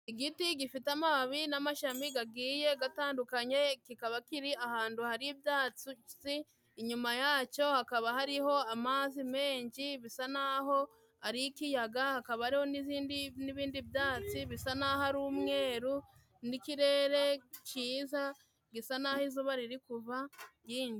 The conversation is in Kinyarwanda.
Igiti gifite amababi n'amashami gagiye gatandukanye, kikaba kiri ahantu hari ibyatsi, inyuma yacyo hakaba hariho amazi menshi bisa naho ari ikiyaga, hakaba hari n'ibindi byatsi bisa naho ari umweru, n'ikirere cyiza, gisa naho izuba riri kuva ryinshi.